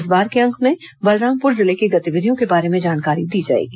इस बार के अंक में बलरामपुर जिले की गतिविधियों के बारे में जानकारी दी जाएगी